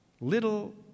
Little